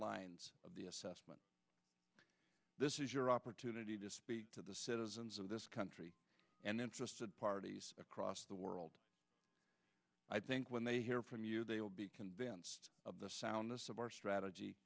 lines of the assessment this is your opportunity to speak to the citizens of this country and interested parties across the world i think when they hear from you they will be convinced of the soundness of our strategy